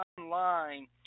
online